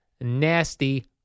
nasty